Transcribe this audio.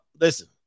Listen